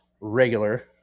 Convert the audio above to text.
regular